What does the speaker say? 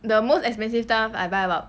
the most expensive stuff I buy about